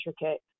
intricate